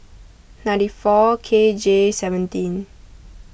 ninety four K J seventeen